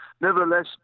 nevertheless